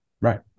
Right